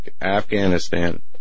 Afghanistan